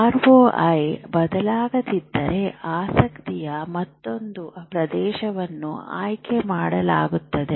ರೋಈ ಬದಲಾಗದಿದ್ದರೆ ಆಸಕ್ತಿಯ ಮತ್ತೊಂದು ಪ್ರದೇಶವನ್ನು ಆಯ್ಕೆ ಮಾಡಲಾಗುತ್ತದೆ